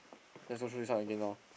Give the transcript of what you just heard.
again loh